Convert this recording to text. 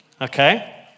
okay